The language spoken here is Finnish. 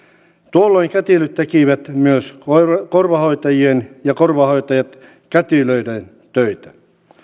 tuolloin kätilöt tekivät myös korvahoitajien ja korvahoitajat kätilöiden töitä